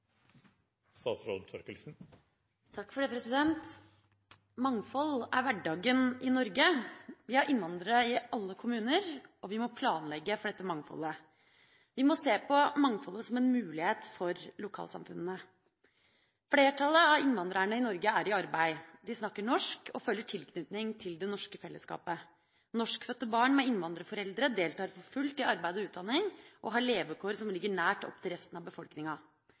hverdagen i Norge. Vi har innvandrere i alle kommuner, og vi må planlegge for dette mangfoldet. Vi må se på mangfoldet som en mulighet for lokalsamfunnene. Flertallet av innvandrerne i Norge er i arbeid. De snakker norsk og føler tilknytning til det norske fellesskapet. Norskfødte barn med innvandrerforeldre deltar for fullt i arbeid og utdanning, og har levekår som ligger nært opptil resten av befolkninga.